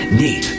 need